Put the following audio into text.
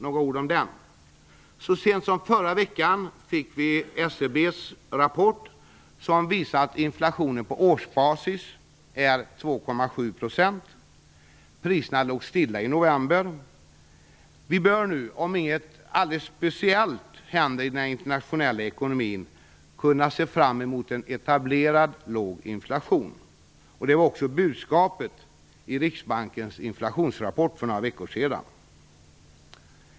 Några ord om inflationen: Så sent som i förra veckan kom SCB:s rapport som visade att inflationen på årsbasis är 2,7 %. Priserna låg stilla i november. Vi bör nu, om inget alldeles speciellt händer i den internationella ekonomin, kunna se fram emot en etablerad låg inflation. Detta var också budskapet i Riksbankens inflationsrapport för några veckor sedan.